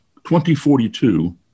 2042